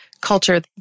culture